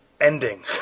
ending